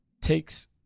takes